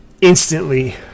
instantly